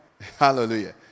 hallelujah